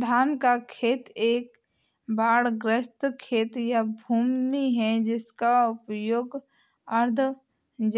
धान का खेत एक बाढ़ग्रस्त खेत या भूमि है जिसका उपयोग अर्ध